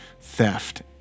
theft